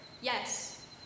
Yes